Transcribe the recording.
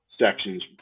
sections